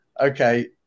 okay